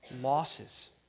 losses